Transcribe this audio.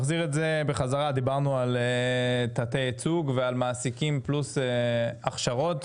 דיברנו על תתי ייצוג ועל מעסיקים פלוס הכשרות,